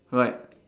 right